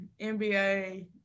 NBA